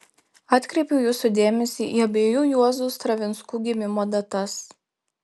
atkreipiu jūsų dėmesį į abiejų juozų stravinskų gimimo datas